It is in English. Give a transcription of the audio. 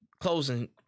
closing